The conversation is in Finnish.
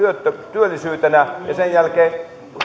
työllisyytenä ja sen jälkeen